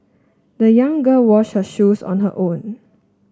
the young girl wash her shoes on her own